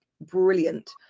brilliant